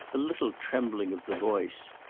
a little trembling of the voice.